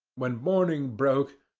when morning broke,